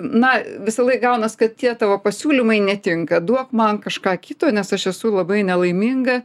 na visąlaik gaunasi kad tie tavo pasiūlymai netinka duok man kažką kito nes aš esu labai nelaiminga